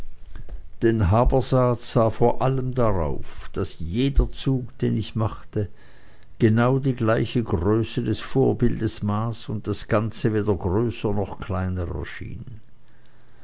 habersaat sah vor allem darauf daß jeder zug den ich machte genau die gleiche größe des vorbildes maß und das ganze weder größer noch kleiner erschien